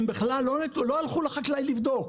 הם בכלל לא הלכו לחקלאים לבדוק,